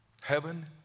Heaven